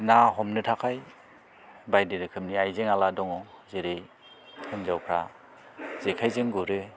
ना हमनो थाखाय बायदि रोखोमनि आयजें आला दङ जेरै हिनजावफ्रा जेखायजों गुरो